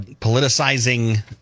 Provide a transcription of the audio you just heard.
politicizing